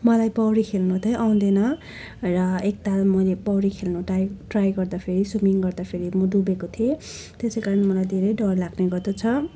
मलाई पौडी खेल्नु चाहिँ आउँदैन र एकताल मैले पौडी खेल्नु टाई ट्राई गर्दाखेरि स्विमिङ गर्दाखेरि म डुबेको थिएँ त्यसै कारण मलाई धेरै डर लाग्ने गर्दछ